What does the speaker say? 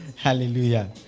Hallelujah